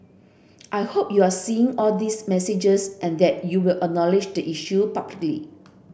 I hope you're seeing all these messages and that you will acknowledge the issue publicly